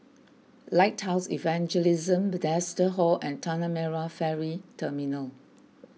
Lighthouse Evangelism Bethesda Hall and Tanah Merah Ferry Terminal